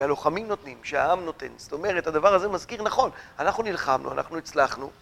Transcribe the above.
והלוחמים נותנים, שהעם נותן, זאת אומרת, הדבר הזה מזכיר נכון, אנחנו נלחמנו, אנחנו הצלחנו.